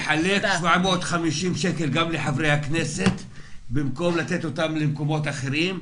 לחלק 750 שקל גם לחברי הכנסת במקום לתת אותם למקומות אחרים,